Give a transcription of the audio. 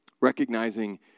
Recognizing